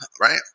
right